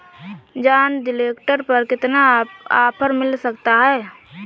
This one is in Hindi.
जॉन डीरे ट्रैक्टर पर कितना ऑफर मिल सकता है?